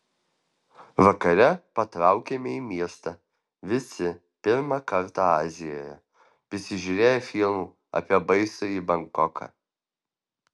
vakare patraukėme į miestą visi pirmą kartą azijoje prisižiūrėję filmų apie baisųjį bankoką